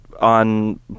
on